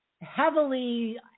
heavily